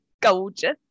gorgeous